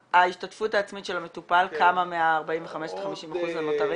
ההשתתפות העצמית של המטופל כמה מה-45% עד 50% הנותרים.